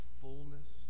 fullness